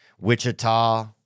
Wichita